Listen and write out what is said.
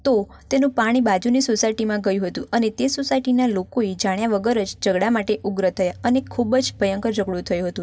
તો તેનું પાણી બાજુની સોસાયટીમાં ગયું હતું અને તે સોસાયટીના લોકોએ જાણ્યા વગર જ ઝઘડા માટે ઉગ્ર થયા અને ખૂબ જ ભયંકર ઝઘડો થયો હતો